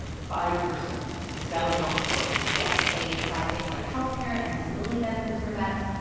five percent. sally helm, go yes, they provide things like health care and disability benefits for vets.